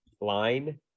line